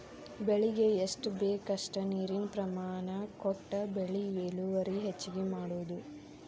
ಬೆಳಿಗೆ ಎಷ್ಟ ಬೇಕಷ್ಟ ನೇರಿನ ಪ್ರಮಾಣ ಕೊಟ್ಟ ಬೆಳಿ ಇಳುವರಿ ಹೆಚ್ಚಗಿ ಮಾಡುದು